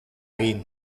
egin